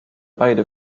beide